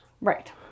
Right